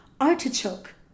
Artichoke